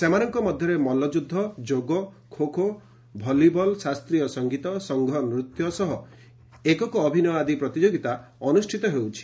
ସେମାନଙ୍କ ମଧ୍ଧରେ ମଲ୍କଯୁଦ୍ଧ ଯୋଗ ଖୋଖୋ ଭଲିବଲ୍ ଶାସ୍ତୀୟ ସଙ୍ଗୀତ ସଂଘନୃତ୍ୟ ସହ ଏକକ ଅଭିନୟ ଆଦି ପ୍ରତିଯୋଗିତା ଅନୁଷ୍ଟିତ ହେଉଛି